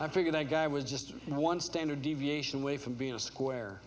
i figured i guy was just one standard deviation way from being a square